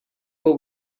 what